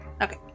Okay